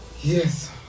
Yes